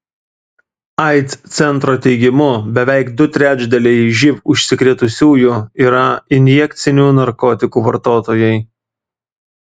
aids centro teigimu beveik du trečdaliai živ užsikrėtusiųjų yra injekcinių narkotikų vartotojai